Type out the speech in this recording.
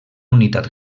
unitat